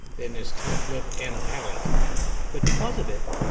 than his cleft lip and palate but because of it,